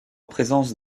présence